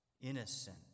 innocent